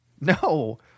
No